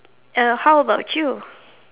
err how about you